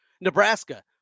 Nebraska